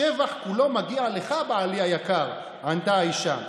השבח כולו מגיע לך, בעלי היקר, ענתה האישה.